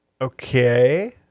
Okay